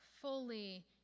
fully